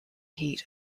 heat